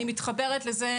אני מתחברת לזה,